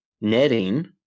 netting